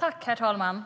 Herr talman!